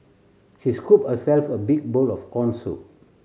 she scooped herself a big bowl of corn soup